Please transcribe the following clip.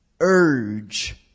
urge